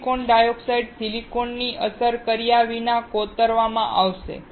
silicon dioxide સિલિકોનને અસર કર્યા વિના કોતરવામાં આવશે